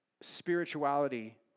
spirituality